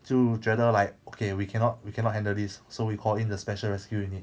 就觉得 like okay we cannot we cannot handle this so we call in the special rescue unit